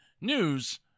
news